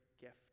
gift